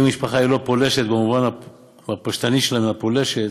אם משפחה היא לא פולשת במובן הפשטני של פולשת,